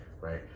right